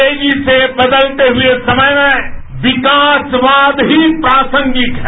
तेजी से बदलते हुए समय में विकासवाद ही प्रासंगिक है